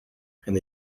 and